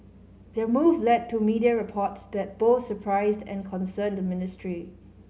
their move led to media reports that both surprised and concerned the ministry